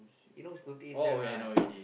you know whose birthday is Jan right